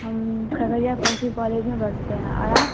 ہم کھگریہ کوسی کالج میں پڑھتے ہیں اور آپ